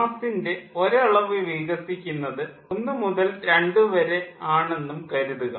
മാസ്സിൻ്റെ ഒരു അളവ് വികസിക്കുന്നത് ഒന്ന് മുതൽ രണ്ട് വരെ ആണെന്നും കരുതുക